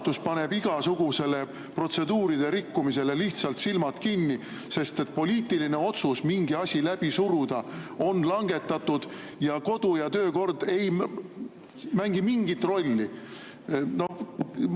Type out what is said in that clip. paneb igasuguste protseduuride rikkumise korral lihtsalt silmad kinni, sest poliitiline otsus mingi asi läbi suruda on langetatud ning kodu- ja töökord ei mängi mingit rolli?